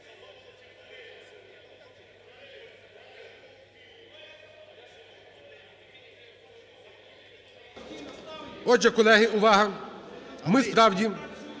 Отже, колеги, увага! Ми справді…